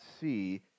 see